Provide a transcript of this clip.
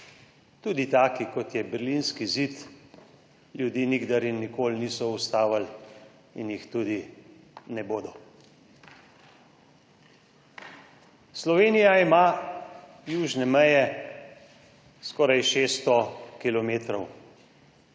tudi taki, kot je Berlinski zid, ljudi nikdar in nikoli niso ustavili in jih tudi ne bodo. Slovenija ima južne meje skoraj 600 kilometrov.